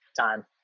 time